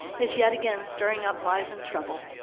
is yet again stirring up lies and trouble.